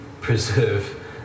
preserve